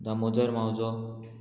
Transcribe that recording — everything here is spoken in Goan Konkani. दामोदर मावजो